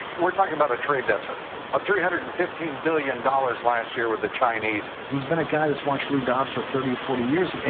we're talking about a trade deficit of three hundred and fifteen billion dollars last year with the chinese. he's been a guy that's watched lou dobbs for thirty or forty years. and